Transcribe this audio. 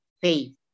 faith